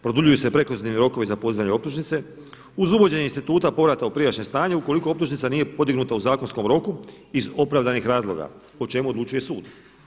Produljuju se prekluzivni rokovi za podizanje optužnice uz uvođenje instituta povrata u prijašnje stanje ukoliko optužnica nije podignuta u zakonskom roku iz opravdanih razloga o čemu odlučuje sud.